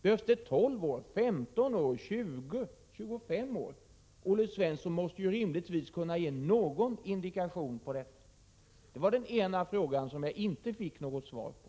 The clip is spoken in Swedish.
Behövs det 12, 15, 20 eller 25 år? Olle Svensson måste rimligtvis kunna ge någon indikation på detta. Det var den ena frågan som jag inte fick något svar på.